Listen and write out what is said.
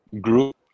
group